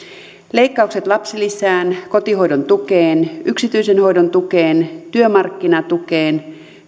leikkaukset lapsilisään kotihoidon tukeen yksityisen hoidon tukeen työmarkkinatukeen